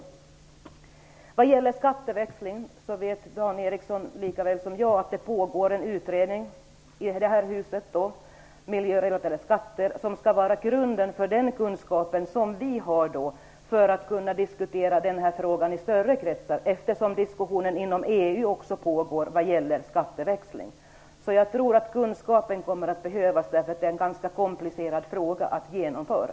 När det gäller skatteväxling så vet Dan Ericsson lika väl som jag att det pågår en utredning i det här huset om miljörelaterade skatter som skall vara grunden för den kunskap som vi behöver för att kunna diskutera den här frågan i större kretsar, eftersom diskussionen inom EU också pågår vad gäller skatteväxling. Jag tror att kunskapen kommer att behövas, då det rör sig om en ganska komplicerad fråga att genomföra.